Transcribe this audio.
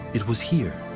it was here.